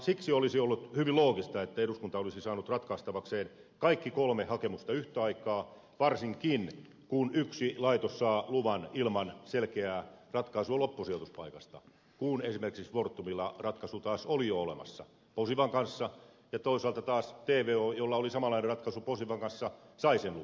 siksi olisi ollut hyvin loogista että eduskunta olisi saanut ratkaistavakseen kaikki kolme hakemusta yhtä aikaa varsinkin kun yksi laitos saa luvan ilman selkeää ratkaisua loppusijoituspaikasta kun esimerkiksi fortumilla ratkaisu taas oli jo olemassa posivan kanssa ja toisaalta taas tvo jolla oli samanlainen ratkaisu posivan kanssa sai sen luvan